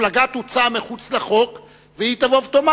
מפלגה תוצא מחוץ לחוק והיא תבוא ותאמר